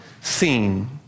seen